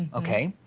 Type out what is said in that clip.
okay.